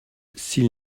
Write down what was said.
s’ils